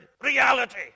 reality